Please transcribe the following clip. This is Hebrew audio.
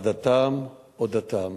עדתם או דתם.